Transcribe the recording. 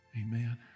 Amen